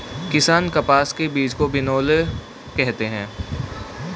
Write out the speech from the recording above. किसान कपास के बीज को बिनौला कहते है